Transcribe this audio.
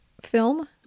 film